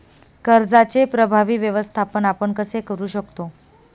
कर्जाचे प्रभावी व्यवस्थापन आपण कसे करु शकतो?